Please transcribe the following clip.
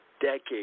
decades